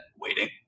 waiting